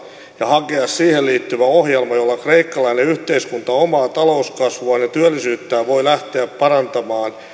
ja hakea siihen liittyvä ohjelma jolla kreikkalainen yhteiskunta omaa talouskasvuaan ja työllisyyttään voi lähteä parantamaan